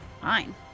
Fine